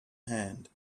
hand